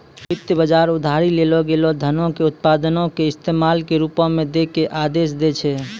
वित्त बजार उधारी लेलो गेलो धनो के उत्पादको के इस्तेमाल के रुपो मे दै के आदेश दै छै